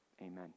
amen